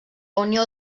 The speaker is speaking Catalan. unió